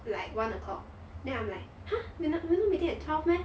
like one o'clock then I'm like !huh! we not meeting at twelve meh